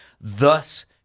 thus